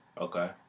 Okay